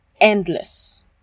endless